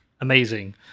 amazing